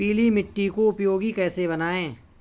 पीली मिट्टी को उपयोगी कैसे बनाएँ?